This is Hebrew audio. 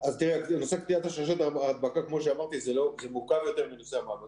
נושא קטיעת שרשרת ההדבקה מורכב יותר מנושא המעבדות.